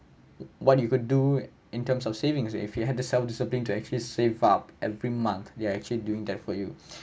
what you could do in terms of savings if you had the self discipline to actually save up every month they are actually doing that for you